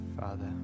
Father